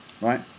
right